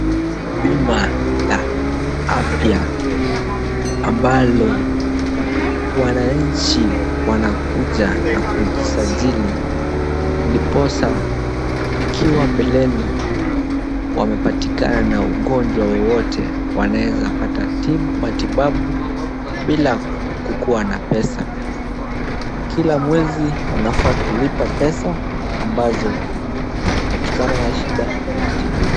Bima la afya ambalo wananchi wanakuja na kujisajili ndiposa ikiwa mbeleni wamepatikana na ugonjwa wowote wanaeza pata matibabu bila kukuwa na pesa. Kila mwezi wanafaa kulipa pesa ambazo wakipatikana na shida wanatibiwa.